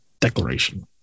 declaration